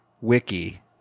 wiki